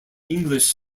english